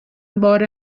بار